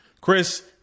Chris